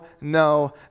no